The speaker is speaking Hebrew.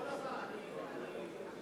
עוד הפעם.